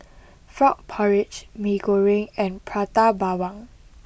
frog porridge Mee Goreng and Prata Bawang